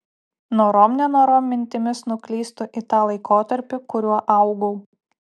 norom nenorom mintimis nuklystu į tą laikotarpį kuriuo augau